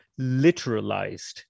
literalized